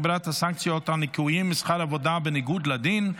הגברת הסנקציות על ניכויים משכר עבודה בניגוד לדין),